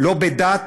לא בדת,